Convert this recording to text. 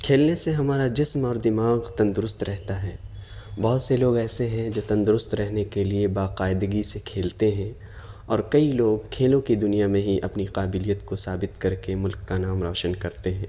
کھیلنے سے ہمارا جسم اور دماغ تندرست رہتا ہے بہت سے لوگ ایسے ہیں جو تندرست رہنے کے لیے باقاعدگی سے کھیلتے ہیں اور کئی لوگ کھیلوں کی دنیا میں ہی اپنی قابلیت کو ثابت کر کے ملک کا نام روشن کرتے ہیں